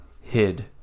hid